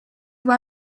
why